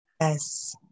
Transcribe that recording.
Yes